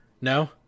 No